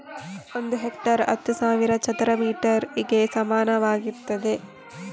ಒಂದು ಹೆಕ್ಟೇರ್ ಹತ್ತು ಸಾವಿರ ಚದರ ಮೀಟರ್ ಗೆ ಸಮಾನವಾಗಿರ್ತದೆ